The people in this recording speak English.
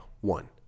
one